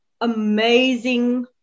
amazing